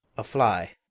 a fly.